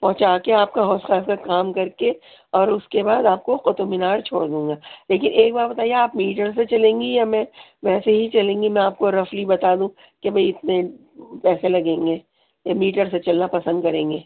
پہنچا کے آپ کا حوض خاص کا کام کر کے اور اس کے بعد آپ کو قطب مینار چھوڑ دوں گا لیکن ایک بات بتائیے آپ میٹر سے چلیں گی یا میں ایسے ہی چلیں گی میں آپ کو رفلی بتا دوں کہ بھائی اتنے پیسے لگیں گے یا میٹر سے چلنا پسند کریں گے